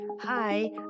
Hi